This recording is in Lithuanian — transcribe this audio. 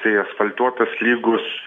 tai asfaltuotas lygus